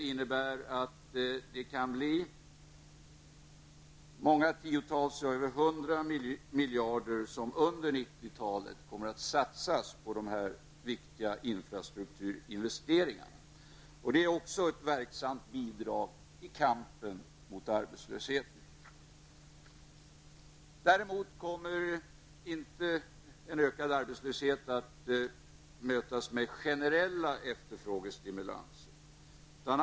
Under 90-talet kan många tiotals miljarder och kanske över 100 miljarder kronor komma att satsas på dessa viktiga infrastrukturinvesteringar. Detta är också ett verksamt bidrag i kampen mot arbetslösheten. En ökad arbetslöshet kommer däremot inte att mötas med generella efterfrågestimulanser.